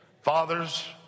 Fathers